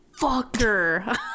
fucker